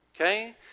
Okay